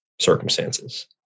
circumstances